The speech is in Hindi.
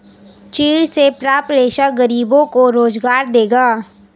चीड़ से प्राप्त रेशा गरीबों को रोजगार देगा